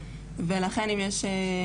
ולכן אם יש,